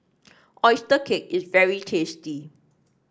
oyster cake is very tasty